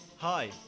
Hi